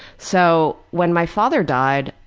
so, when my father died,